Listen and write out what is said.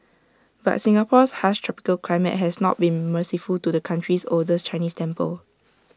but Singapore's harsh tropical climate has not been merciful to the country's oldest Chinese temple